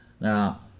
Now